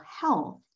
health